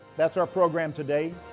that's our program today.